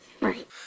Right